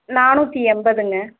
நானூற்றி எண்பதுங்க